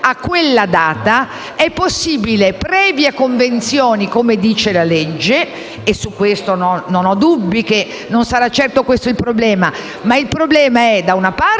grazie a tutti